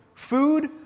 food